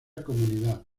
comunidad